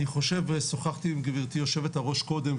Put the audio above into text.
אני חושב ושוחחתי עם גברתי היו"ר קודם,